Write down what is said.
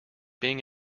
being